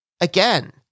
again